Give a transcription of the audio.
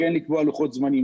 כן לקבוע לוחות זמנים.